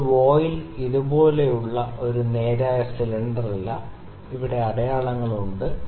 ഇപ്പോൾ വോയ്ലെ ഇതുപോലുള്ള ഒരു നേരായ സിലിണ്ടറല്ല ഇവിടെ അടയാളങ്ങൾ ഉണ്ട്